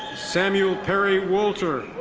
samuel perry walter.